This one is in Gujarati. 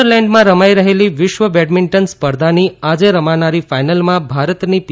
સ્વીઝર્લેન્ડમાં રમાઈ રહેલી વિશ્વ બેડમિન્ટન સ્પર્ધાની આજે રમાનારી ફાઈનલમાં ભારતની પી